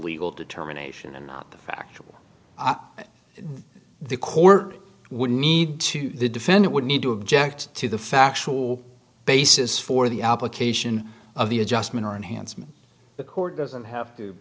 legal determination and not the factual the court would need to the defendant would need to object to the factual basis for the application of the adjustment or enhancement the court doesn't have to